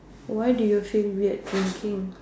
why do you feel weird drinking